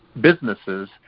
businesses